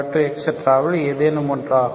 ல் ஏதேனும் ஒன்றாகும்